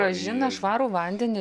grąžina švarų vandenį